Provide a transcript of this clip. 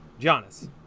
Giannis